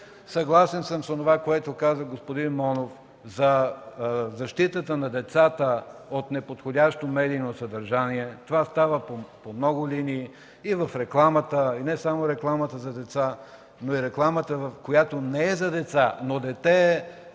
Съгласен съм с това, което каза господин Монов, за защитата на децата от неподходящо медийно съдържание. Това става по много линии – и в рекламата, не само рекламата за деца, но и в рекламата, която не е за деца, но дете е